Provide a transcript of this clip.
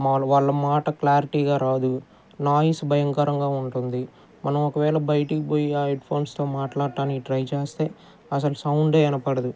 మాములు వాళ్ళ మాట క్లారిటీగా రాదు నాయిస్ భయంకరంగా ఉంటుంది మనం ఒకవేళ బయటకి పోయి ఆ హెడ్ఫోన్స్తో మాట్లాట్టానికి ట్రై చేస్తే అసలు సౌండే ఇనపడదు